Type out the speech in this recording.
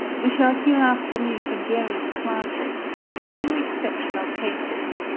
we shall hereafter meet in various classes, with a few exceptional cases,